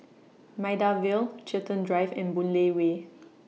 Maida Vale Chiltern Drive and Boon Lay Way